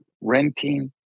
Renting